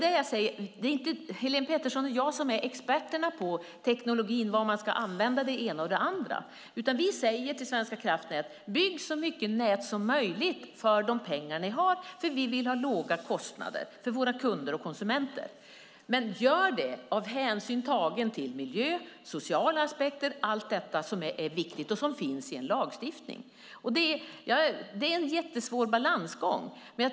Det är inte Helene Petersson och jag som är experterna i de tekniska frågorna, det vill säga var det ena eller det andra ska användas. Regeringen säger till Svenska kraftnät att bygga så många nät som möjligt för de pengar som finns så att det blir låga kostnader för kunderna, det vill säga konsumenterna. Det ska göras samtidigt som hänsyn tas till miljö och sociala aspekter. Det finns med i lagstiftningen. Det är en svår balansgång.